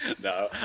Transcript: No